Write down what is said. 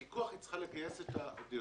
לפיקוח היא צריכה לגייס אנשים.